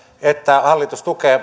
että hallitus tukee